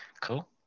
cool